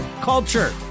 culture